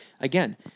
Again